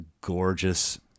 gorgeous